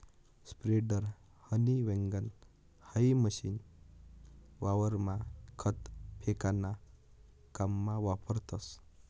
spreader, हनी वैगण हाई मशीन वावरमा खत फेकाना काममा वापरतस